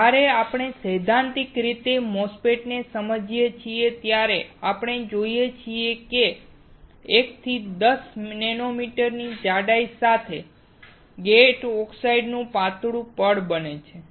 જ્યારે આપણે સૈદ્ધાંતિક રીતે MOSFET ને સમજીએ છીએ ત્યારે આપણે જોઈએ છીએ કે 1 થી 10 નેનોમીટરની જાડાઈ સાથે ગેટ ઓક્સાઈડનું પાતળું પડ છે